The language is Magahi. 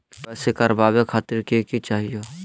के.वाई.सी करवावे खातीर कि कि चाहियो?